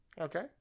Okay